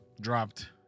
dropped